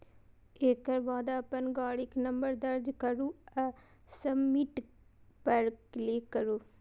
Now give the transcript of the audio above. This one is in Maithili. एकर बाद अपन गाड़ीक नंबर दर्ज करू आ सबमिट पर क्लिक करू